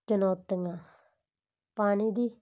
ਚੁਣੌਤੀਆਂ ਪਾਣੀ ਦੀ